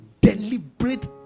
deliberate